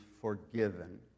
forgiven